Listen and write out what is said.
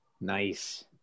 Nice